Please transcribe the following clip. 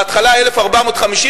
בהתחלה 1,450,